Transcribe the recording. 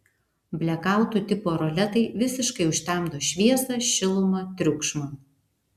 blekautų tipo roletai visiškai užtemdo šviesą šilumą triukšmą